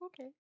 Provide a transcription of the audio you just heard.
Okay